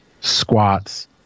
squats